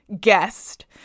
guest